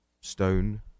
stone